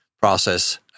process